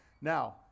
now